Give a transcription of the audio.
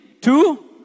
two